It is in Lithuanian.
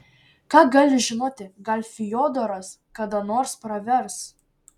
ką gali žinoti gal fiodoras kada nors pravers